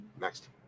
next